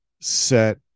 set